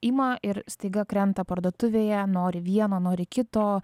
ima ir staiga krenta parduotuvėje nori vieno nori kito